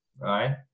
right